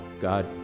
God